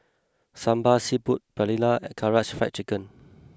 Sambar Seafood Paella and Karaage Fried Chicken